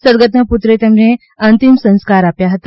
સદગતના પુત્રે તેમને અંતિમ સંસ્કાર આપ્યા હતા